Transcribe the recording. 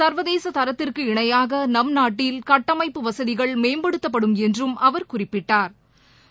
சா்வதேச தூத்திற்கு இணையாக நம் நாட்டில் கட்டமைப்பு வகதிகள் மேம்படுத்தப்படும் என்றும் அவா் குறிப்பிட்டா்